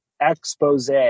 expose